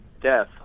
death